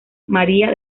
maría